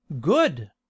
good